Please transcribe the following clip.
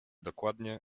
dokładnie